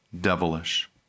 devilish